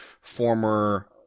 former